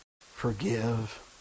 Forgive